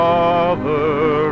Father